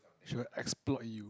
she'll exploit you